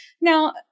now